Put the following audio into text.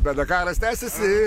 bet dakaras tęsiasi